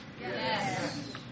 Yes